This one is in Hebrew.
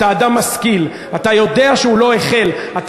אתה אדם משכיל, אתה יודע שהוא לא החל אז.